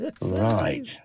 Right